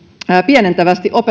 pienentävästi